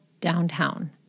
downtown